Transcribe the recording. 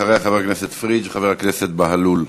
אחריה, חבר הכנסת פריג' וחבר הכנסת בהלול.